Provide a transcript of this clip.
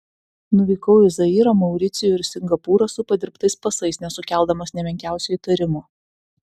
nuvykau į zairą mauricijų ir singapūrą su padirbtais pasais nesukeldamas nė menkiausio įtarimo